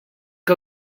que